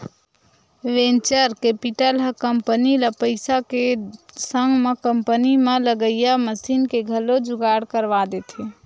venture capital ह company ल पइसा के संग म कंपनी म लगइया मसीन के घलो जुगाड़ करवा देथे